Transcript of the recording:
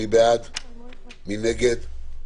מי נגד?